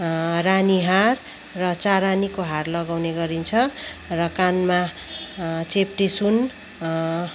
रानी हार र चारानीको हार लगाउने गरिन्छ र कानमा चेप्टे सुन